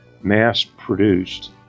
mass-produced